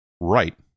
right